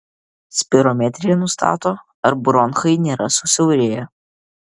spirometrija nustato ar bronchai nėra susiaurėję